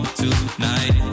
tonight